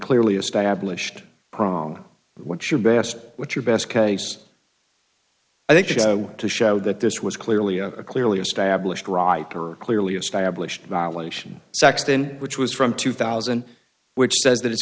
clearly established prong what's your best what's your best case i think you want to show that this was clearly a clearly established writer clearly established violation saxton which was from two thousand which says that it's